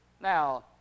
Now